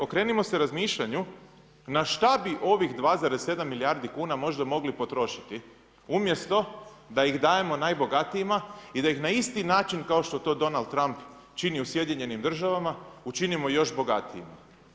Okrenimo se razmišljanju na šta bi ovih 2,7 milijardi kuna možda mogli potrošiti umjesto da ih dajemo najbogatijima i da ih na isti način kako što to Donald Trump čini u SAD-u učinimo još bogatijima.